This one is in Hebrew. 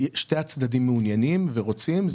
שני הצדדים מעוניינים ורוצים.